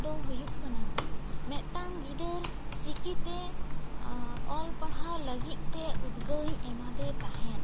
ᱫᱚ ᱦᱩᱭᱩᱜ ᱠᱟᱱᱟ ᱢᱮᱫ ᱴᱟᱝ ᱜᱤᱫᱟᱹᱨ ᱪᱤᱠᱤ ᱛᱮ ᱚᱞ ᱯᱟᱲᱦᱟᱣ ᱞᱟᱹᱜᱤᱫ ᱛᱮ ᱩᱫᱽᱜᱟᱹᱣ ᱤᱧ ᱮᱢᱟ ᱫᱮ ᱛᱟᱦᱮᱸ